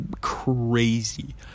crazy